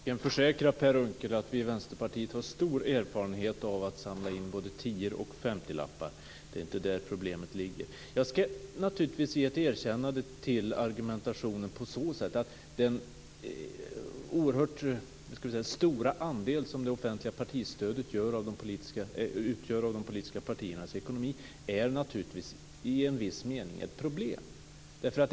Fru talman! Jag kan försäkra Per Unckel att vi i Vänsterpartiet har stor erfarenhet av att samla in både tior och 50-lappar. Det är inte där problemet ligger. Jag skall naturligtvis ge ett erkännande vad gäller argumentationen. Den oerhört stora andel som det offentliga partistödet utgör av de politiska partiernas ekonomi är i en viss mening naturligtvis ett problem.